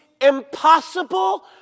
impossible